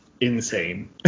insane